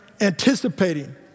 anticipating